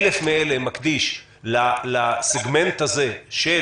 אם 1,000 מן הבדיקות האלה אתה מקדיש לסגמנט הזה של